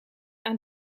aan